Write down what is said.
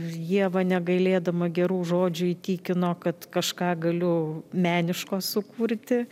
ieva negailėdama gerų žodžių įtikino kad kažką galiu meniško sukurti